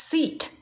Seat，